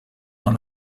dans